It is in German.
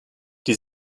die